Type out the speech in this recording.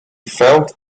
felt